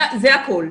זה הכול.